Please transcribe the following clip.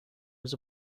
was